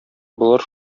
болар